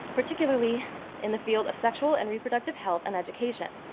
particularly in the field of sexual and reproductive health and education.